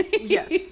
Yes